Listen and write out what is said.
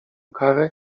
karę